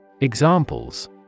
Examples